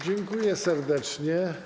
Dziękuję serdecznie.